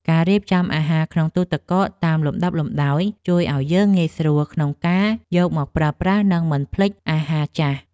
ការរៀបចំអាហារក្នុងទូរទឹកកកតាមលំដាប់លំដោយ ជួយឱ្យយើងងាយស្រួលក្នុងការយកមកប្រើប្រាស់និងមិនភ្លេចអាហារចាស់។